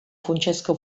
funtsezko